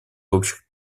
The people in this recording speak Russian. общих